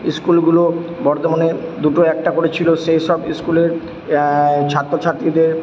স্কুলগুলো বর্ধমানের দুটো একটা করেছিলো সেই সব স্কুলের ছাত্র ছাত্রীদের